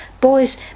Boys